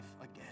again